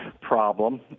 problem